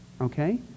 okay